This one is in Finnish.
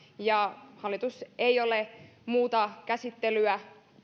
hallitus ei ole muuta käsittelyä